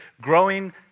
growing